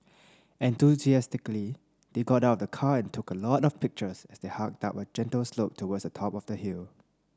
enthusiastically they got out of the car and took a lot of pictures as they hiked up a gentle slope towards the top of the hill